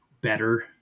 better